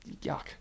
yuck